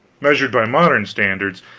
measured by modern standards,